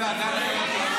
באיזה עולם אתה חי,